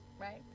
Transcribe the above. right